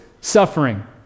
suffering